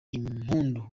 impundu